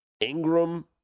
Ingram